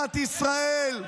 מדינת ישראל,